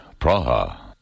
Praha